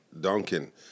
Duncan